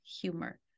humor